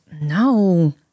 no